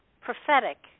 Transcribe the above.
prophetic